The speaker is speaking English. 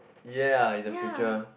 ya in the future